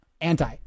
anti